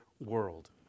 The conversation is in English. world